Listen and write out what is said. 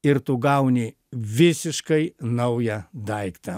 ir tu gauni visiškai naują daiktą